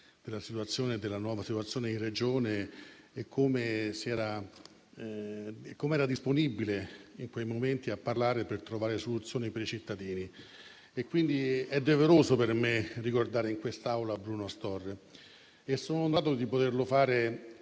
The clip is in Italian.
della nuova situazione nella Regione e di come fosse disponibile in quel momento a parlare per trovare soluzioni per i cittadini. Quindi è doveroso per me ricordare in quest'Aula Bruno Astorre e sono onorato di poterlo fare